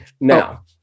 Now